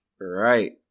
Right